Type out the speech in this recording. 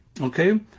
okay